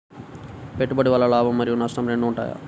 పెట్టుబడి వల్ల లాభం మరియు నష్టం రెండు ఉంటాయా?